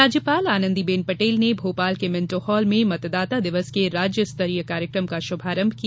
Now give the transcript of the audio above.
राज्यपाल आनंदीबेन पटेल ने भोपाल के मिन्टो हॉल में मतदाता दिवस के राज्यस्तरीय कार्यक्रम का शुभारम्भ किया